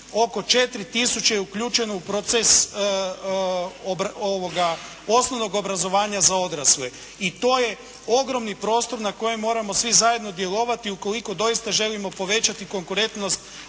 oko 4000 je uključeno u proces osnovnog obrazovanja za odrasle i to je ogromni prostor na kojem moramo svi zajedno djelovati ukoliko doista želimo povećati konkurentnost